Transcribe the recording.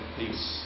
peace